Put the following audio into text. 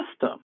system